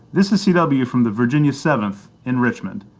this is c w. from the virginia seventh in richmond.